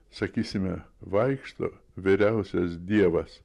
sakysime vaikšto vyriausias dievas